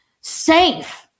safe